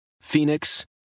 Phoenix